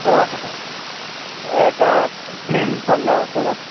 ଷୋଳଶହ ଟଙ୍କା ଏଇଟା ଫିଲ୍ମ ଭଲ ଲାଗୁଥିବା